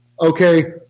okay